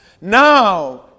Now